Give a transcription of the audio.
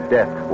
Death